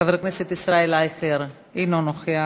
חבר הכנסת ישראל אייכלר, אינו נוכח.